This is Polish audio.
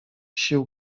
sił